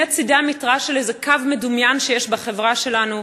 צדי המתרס של איזה קו מדומיין שיש בחברה שלנו,